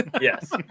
Yes